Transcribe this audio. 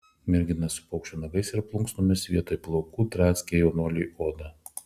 mergina su paukščio nagais ir plunksnomis vietoj plaukų draskė jaunuoliui odą